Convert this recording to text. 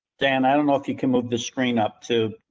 dan, i don't know if you can move the screen up too.